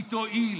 היא תועיל.